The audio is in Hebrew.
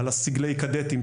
על סגלי כד"תים,